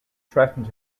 threatened